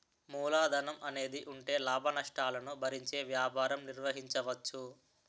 మూలధనం అనేది ఉంటే లాభనష్టాలను భరించే వ్యాపారం నిర్వహించవచ్చు